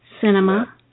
cinema